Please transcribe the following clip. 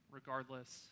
regardless